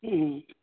ꯎꯝ